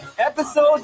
Episode